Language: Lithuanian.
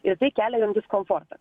ir tai kelia jom diskomfortą